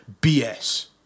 BS